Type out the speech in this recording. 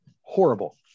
Horrible